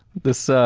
this ah,